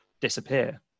disappear